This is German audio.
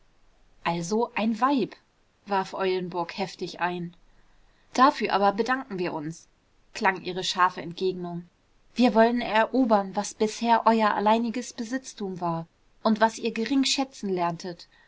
also ein weib warf eulenburg heftig ein dafür aber bedanken wir uns klang ihre scharfe entgegnung wir wollen erobern was bisher euer alleiniges besitztum war und was ihr gering schätzen lerntet